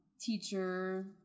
teacher